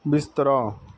ਬਿਸਤਰਾ